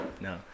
no